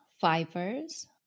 fibers